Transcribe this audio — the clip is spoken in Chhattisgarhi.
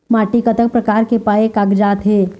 माटी कतक प्रकार के पाये कागजात हे?